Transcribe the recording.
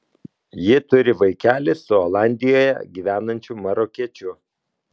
ji turi vaikelį su olandijoje gyvenančiu marokiečiu